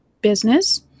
business